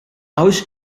oes